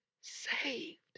saved